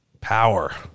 Power